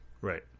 Right